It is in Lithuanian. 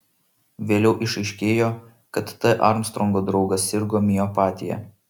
vėliau išaiškėjo kad t armstrongo draugas sirgo miopatija